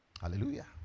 Hallelujah